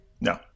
No